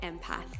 empath